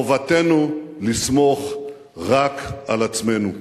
חובתנו לסמוך רק על עצמנו.